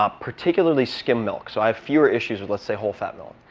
ah particularly skim milk. so i have fewer issues with, let's say, whole-fat milk.